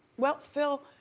well phil,